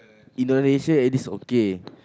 Indonesia at least okay